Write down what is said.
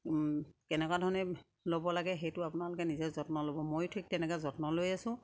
কেনেকুৱা ধৰণে ল'ব লাগে সেইটো আপোনালোকে নিজে যত্ন ল'ব ময়ো ঠিক তেনেকে যত্ন লৈ আছোঁ